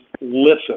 listen